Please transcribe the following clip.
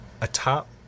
Atop